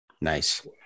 Nice